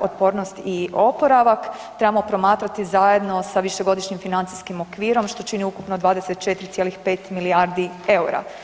otpornost i oporavaka trebamo promatrati zajedno sa višegodišnjim financijskim okvirom što čini ukupno 24,5 milijardi EUR-a.